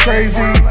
Crazy